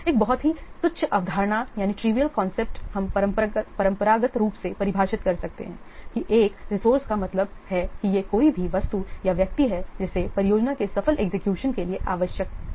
एक बहुत ही तुच्छ अवधारणा हम परंपरागत रूप से परिभाषित कर सकते हैं कि एक रिसोर्से का मतलब है कि यह कोई भी वस्तु या व्यक्ति है जिसे परियोजना के सफल एग्जीक्यूशन के लिए आवश्यक होता है